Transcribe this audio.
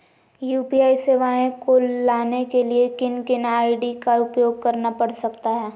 UPI सेवाएं को लाने के लिए किन किन आई.डी का उपयोग करना पड़ सकता है?